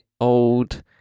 old